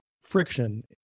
friction